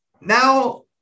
Now